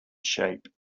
shape